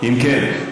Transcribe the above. אם כן,